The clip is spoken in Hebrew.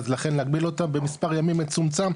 אז לכן נגביל אותם במספר ימים מצומצם,